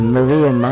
Maria